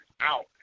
out